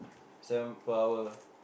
seven per hour